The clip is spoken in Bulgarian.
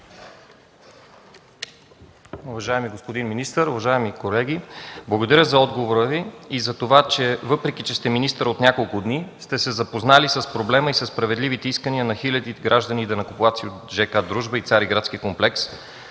Уважаеми господин министър, уважаеми колеги! Благодаря за отговора Ви и затова, макар да сте министър от няколко дни сте се запознали с проблема и със справедливите искания на хиляди граждани и данъкоплатци от ж.к. „Дружба” и „Цариградски комплекс”